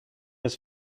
his